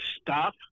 stop